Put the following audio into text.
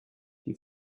die